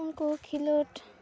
ᱩᱱᱠᱩ ᱠᱷᱮᱞᱳᱰ